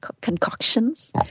concoctions